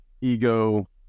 ego